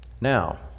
Now